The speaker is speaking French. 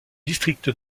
district